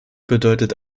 bedeutet